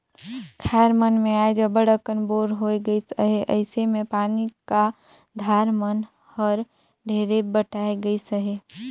खाएर मन मे आएज अब्बड़ अकन बोर होए गइस अहे अइसे मे पानी का धार मन हर ढेरे बटाए गइस अहे